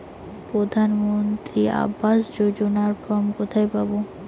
প্রধান মন্ত্রী আবাস যোজনার ফর্ম কোথায় পাব?